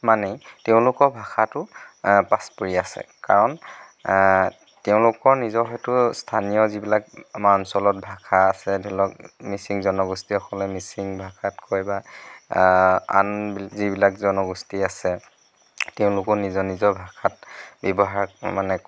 মানেই তেওঁলোকৰ ভাষাটো পাছ পৰি আছে কাৰণ তেওঁলোকৰ নিজৰ হয়তো স্থানীয় যিবিলাক আমাৰ অঞ্চলত ভাষা আছে ধৰি লওক মিচিং জনগোষ্ঠীসকলে মিচিং ভাষাত কয় বা আন বি যিবিলাক জনগোষ্ঠী আছে তেওঁলোকৰ নিজৰ নিজৰ ভাষাত ব্যৱহাৰ মানে